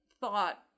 thought